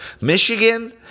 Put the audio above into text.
Michigan